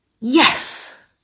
Yes